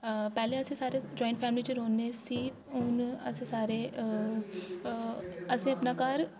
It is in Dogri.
पैह्ले अस सारे जाइंट फैमिली च रौह्न्ने सी उन अस सारे असें अपना घर